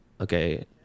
Okay